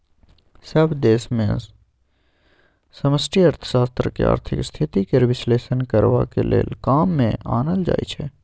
सभ देश मे समष्टि अर्थशास्त्र केँ आर्थिक स्थिति केर बिश्लेषण करबाक लेल काम मे आनल जाइ छै